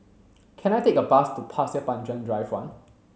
can I take a bus to Pasir Panjang Drive one